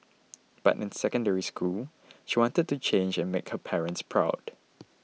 but in Secondary School she wanted to change and make her parents proud